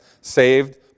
saved